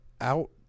out